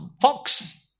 fox